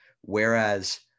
Whereas